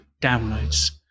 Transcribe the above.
downloads